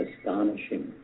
astonishing